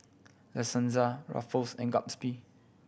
La Senza Ruffles and Gatsby